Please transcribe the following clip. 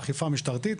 אכיפה משטרתית,